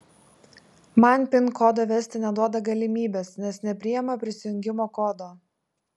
man pin kodo vesti neduoda galimybės nes nepriima prisijungimo kodo